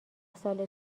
سال